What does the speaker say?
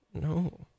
No